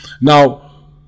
Now